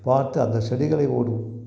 பார்த்து அந்தச் செடிகளை ஓடு